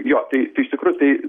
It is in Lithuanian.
jo tai tai iš tikrųjų tai